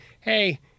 hey